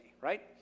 right